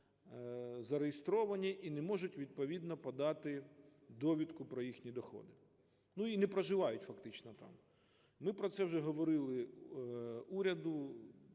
зареєстровані, і не можуть відповідно подати довідку про їхні доходи, і не проживають фактично там. Ми про це вже говорили уряду